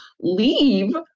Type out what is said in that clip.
leave